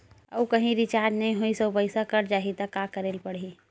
आऊ कहीं रिचार्ज नई होइस आऊ पईसा कत जहीं का करेला पढाही?